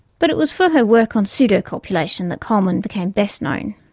but it was for her work on pseudocopulation that coleman became best known.